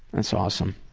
and so awesome.